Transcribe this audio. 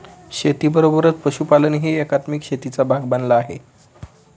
शेतीबरोबरच पशुपालनही एकात्मिक शेतीचा भाग बनला आहे